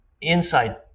inside